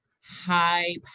high